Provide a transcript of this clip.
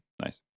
nice